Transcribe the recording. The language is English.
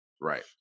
Right